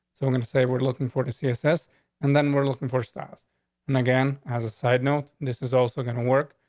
so i'm going to say we're looking for two css and then we're looking for staff and again as a side note, this is also gonna work.